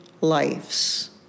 lives